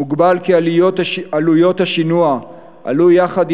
מוגבל כי עלויות השינוע עלו יחד עם